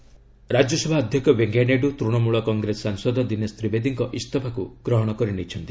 ଦୀନେଶ ତ୍ରିବେଦୀ ରାଜ୍ୟସଭା ଅଧ୍ୟକ୍ଷ ଭେଙ୍କିୟାନାଇଡୁ ତୂଶମୂଳ କଂଗ୍ରେସ ସାଂସଦ ଦୀନେଶ ତ୍ରିବେଦୀଙ୍କ ଇସଫାକୁ ଗ୍ରହଣ କରିନେଇଛନ୍ତି